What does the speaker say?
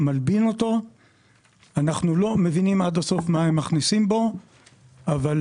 אנחנו לא מבינים עד הסוף מה הם מכניסים בו כדי שיהיה לבן,